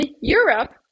Europe